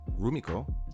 Rumiko